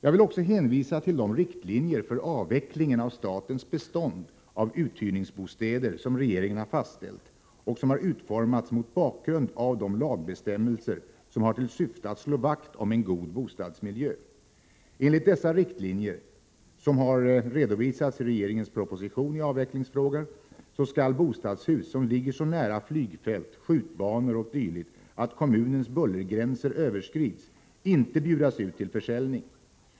Jag vill också hänvisa till de riktlinjer för avvecklingen av statens bestånd av uthyrningsbostäder som regeringen har fastställt och som har utformats mot bakgrund av de lagbestämmelser som har till syfte att slå vakt om en god bostadsmiljö. Enligt dessa riktlinjer, som har redovisats i regeringens proposition i avvecklingsfrågan, skall bostadshus, som ligger så nära flygfält, skjutbanor o. d. att kommunens bullergränser överskrids, inte bjudas ut till försäljning.